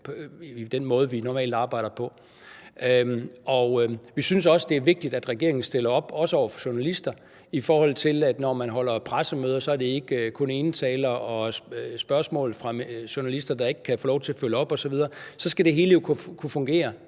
den måde, vi normalt arbejder på. Vi synes også, det er vigtigt, at regeringen stiller op, også over for journalister, i forhold til at det, når man holder pressemøder, ikke kun er enetaler og besvarelse af spørgsmål, som journalister ikke kan få lov til at følge op på osv.; så skal det hele jo kunne fungere